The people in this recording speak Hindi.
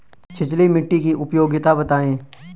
छिछली मिट्टी की उपयोगिता बतायें?